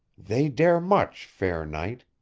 they dare much, fair knight.